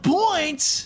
points